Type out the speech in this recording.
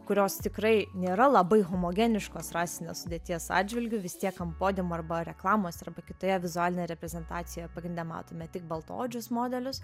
kurios tikrai nėra labai homogeniškos rasinės sudėties atžvilgiu vis tiek ant podiumo arba reklamos arba kitoje vizualinė reprezentacijoje pagrinde matome tik baltaodžius modelius